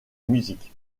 musique